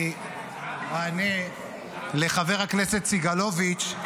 אני אענה לחבר הכנסת סגלוביץ',